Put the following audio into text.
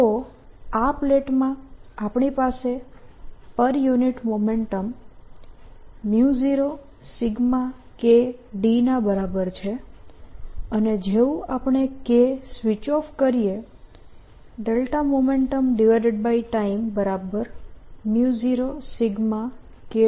તો આ પ્લેટોમાં આપણી પાસે per unit momentum 0 K d ના બરાબર છે અને જેવું આપણે K સ્વિચ ઓફ કરીએ MomentumTime0 K d થશે